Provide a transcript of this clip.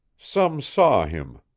some saw him,